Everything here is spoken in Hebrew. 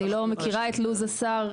אני לא מכירה את לו"ז השר,